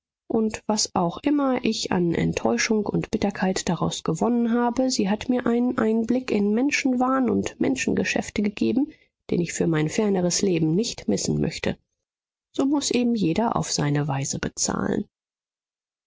und was auch immer ich an enttäuschung und bitterkeit daraus gewonnen habe sie hat mir einen einblick in menschenwahn und menschengeschäfte gegeben den ich für mein ferneres leben nicht missen möchte so muß eben jeder auf seine weise bezahlen